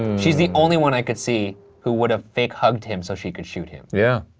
she's the only one i could see who would have fake-hugged him so she could shoot him. yeah.